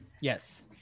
Yes